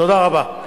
תודה רבה.